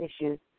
issues